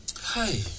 Hi